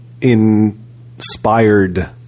inspired